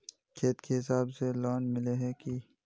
खेत के हिसाब से लोन मिले है की?